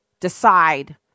decide